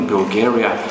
Bulgaria